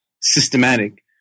systematic